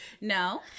no